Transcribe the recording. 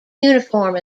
uniform